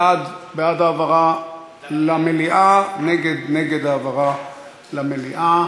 בעד, העברה למליאה, נגד, נגד העברה למליאה.